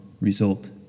result